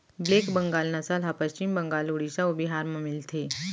black Bengal नसल ह पस्चिम बंगाल, उड़ीसा अउ बिहार म मिलथे